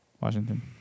Washington